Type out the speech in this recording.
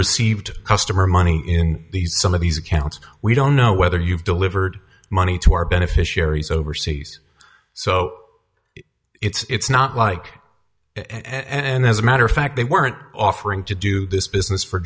received customer money in these some of these accounts we don't know whether you've delivered money to our beneficiaries overseas so it's not like and as a matter of fact they weren't offering to do this business for